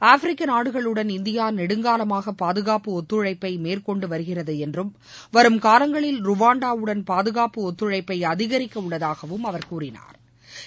ஆப்பிரிக்க நாடுகளுடன் இந்தியா நெடுங்காலமாக பாதுகாப்பு ஒத்துழைப்பை மேற்கொண்டு வருகிறது என்றும் வரும் காலங்களில் ருவாண்டாவுடன் பாதுகாப்பு ஒத்துழைப்பை அதிகிக்க உள்ளதாகவும் அவர் கூறினா்